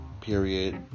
Period